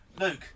Luke